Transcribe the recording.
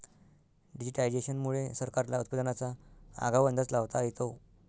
digitisation मुळे सरकारला उत्पादनाचा आगाऊ अंदाज लावता येतो